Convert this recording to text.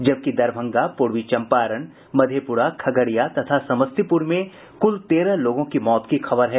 जबकि दरभंगा पूर्वी चंपारण मधेपुरा खगड़िया तथा समस्तीपुर में कुल तेरह लोगों की मौत की खबर है